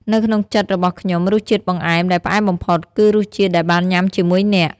នៅក្នុងចិត្តរបស់ខ្ញុំ រសជាតិបង្អែមដែលផ្អែមបំផុត គឺរសជាតិដែលបានញ៉ាំជាមួយអ្នក។